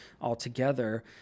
altogether